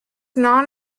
non